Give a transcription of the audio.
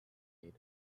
aide